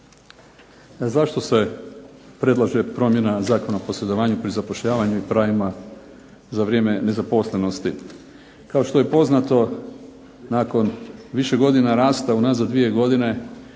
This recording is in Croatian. Zašto se predlaže promjena Zakona o posredovanju pri zapošljavanju i pravima za vrijeme nezaposlenosti? Kao što je poznato nakon više godina rasta unazad 2 godine